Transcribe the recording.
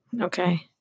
Okay